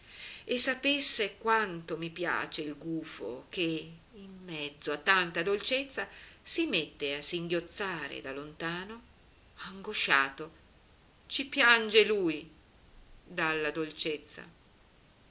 e sapesse quanto mi piace il gufo che in mezzo a tanta dolcezza si mette a singhiozzare da lontano angosciato ci piange lui dalla dolcezza